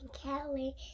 Kelly